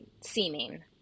seeming